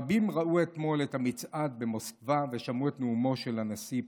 רבים ראו אתמול את המצעד במוסקבה ושמעו את נאומו של הנשיא פוטין.